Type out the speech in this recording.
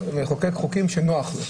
מחוקק חוקים שנוח לו,